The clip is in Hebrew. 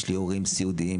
יש לי הורים סעודיים,